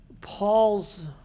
Paul's